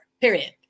period